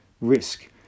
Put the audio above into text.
risk